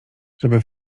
żeby